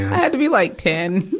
had to be, like, ten.